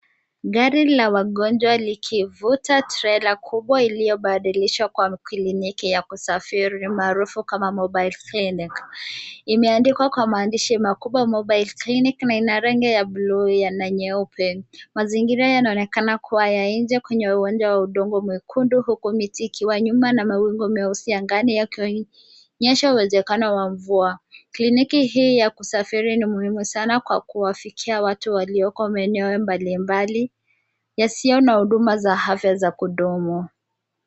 Gari la wagonjwa likivuta trela kubwa iliyobadilishwa kuwa kliniki ya kusafiri, maarufu kama mobile clinic imeandikwa kwa maandishi makubwa mobile clinic na ina rangi ya buluu na nyeupe. Mazingira yanaonekana kuwa ya nje kwenye uwanja wa udongo mwekundu huku miti ikiwa nyuma na mawingi meusi angani yakionyesha uwezekano wa mvua. Kliniki hii ya kusafiri ni muhumu sana kwa kuwafikia watu walio katika eneo mbalimbali yasiyo na huduma za afya za kudumu.